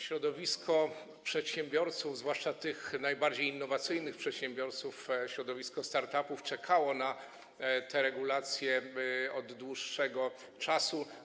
Środowisko przedsiębiorców, zwłaszcza tych najbardziej innowacyjnych przedsiębiorców, środowisko start-upów czekało na te regulacje od dłuższego czasu.